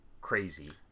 crazy